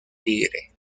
tigre